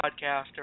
podcaster